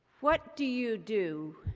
what do you do?